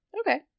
Okay